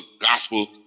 gospel